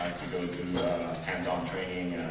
to go do hands-on training.